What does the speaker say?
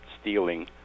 stealing